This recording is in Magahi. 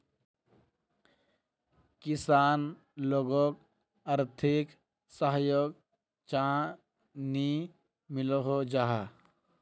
किसान लोगोक आर्थिक सहयोग चाँ नी मिलोहो जाहा?